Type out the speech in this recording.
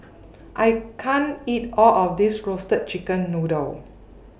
I can't eat All of This Roasted Chicken Noodle